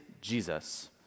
Jesus